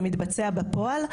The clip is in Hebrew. זה מתבצע בפועל,